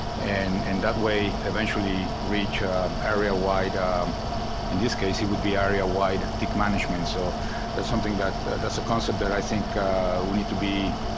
and and that way, eventually, reach area-wide in this case, it would be area-wide tick management. so that's something that that's a concept that i think we need to be